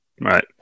Right